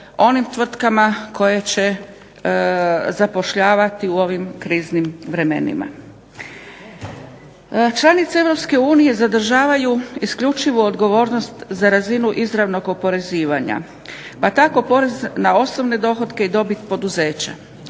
onim tvrtkama koje će zapošljavati u ovim kriznim vremenima. Članice Europske unije zadržavaju isključivo odgovornost za razinu izravnog oporezivanja pa tako porez na osobne dohotke i dobit poduzeća.